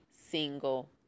single